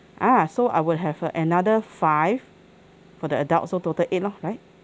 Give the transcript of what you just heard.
ah so I will have uh another five for the adults so total eight lor right